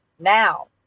Now